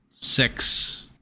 Six